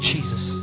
Jesus